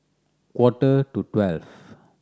quarter to twelve